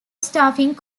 staffing